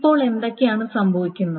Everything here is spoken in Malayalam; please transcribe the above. ഇപ്പോൾ എന്താണ് സംഭവിക്കുന്നത്